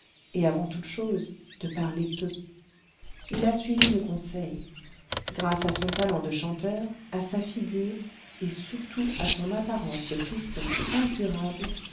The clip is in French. et avant toutes choses de parler peu il a suivi mes conseils grâce à son talent de chanteur à sa figure et surtout à son apparence de tristesse incurable